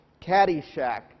Caddyshack